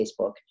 Facebook